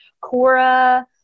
cora